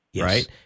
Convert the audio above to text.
right